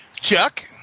Chuck